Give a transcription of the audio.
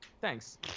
thanks